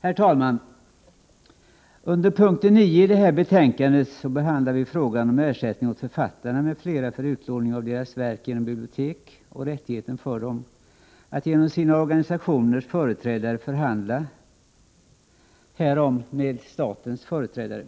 Herr talman! Under punkt 9 i det här betänkandet behandlas frågan om ersättning åt författarna m.fl. för utlåning av deras verk genom bibliotek samt rättigheten för dem att genom sina organisationers representanter förhandla härom med statens företrädare.